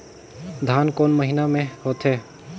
धान कोन महीना मे होथे?